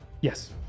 Yes